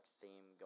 theme